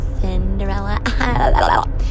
Cinderella